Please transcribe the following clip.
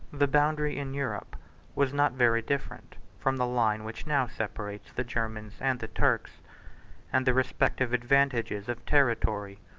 the boundary in europe was not very different from the line which now separates the germans and the turks and the respective advantages of territory,